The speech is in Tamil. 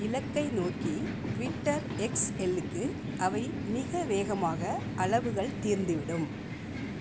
இலக்கை நோக்கி ட்விட்டர் எக்ஸ் எல்க்கு அவை மிக வேகமாக அளவுகள் தீர்ந்துவிடும்